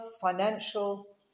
financial